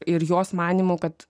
ir jos manymu kad